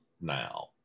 now